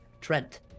Trent